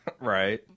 Right